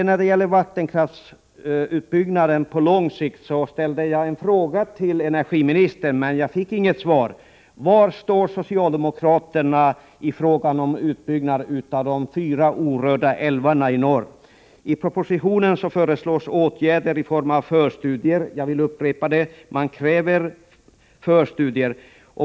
När det gäller vattenkraftsutbyggnaden på lång sikt ställde jag en fråga till energiministern, men jag fick inget svar. Var står socialdemokraterna i fråga om utbyggnad av de fyra orörda älvarna i norr? I propositionen föreslås åtgärder i form av förstudier — jag upprepar att man kräver förstudier.